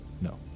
No